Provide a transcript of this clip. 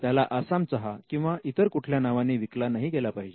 त्याला आसाम चहा किंवा इतर कुठल्या नावाने विकला नाही गेला पाहिजे